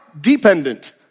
dependent